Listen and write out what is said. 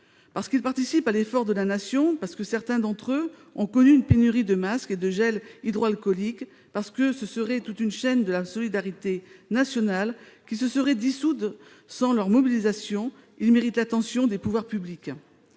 Parce qu'elles participent à l'effort de la Nation, parce que certaines d'entre elles ont subi la pénurie de masques et de gel hydroalcoolique, parce que toute une chaîne de la solidarité nationale se serait dissoute sans leur mobilisation, ces personnes méritent l'attention des pouvoirs publics.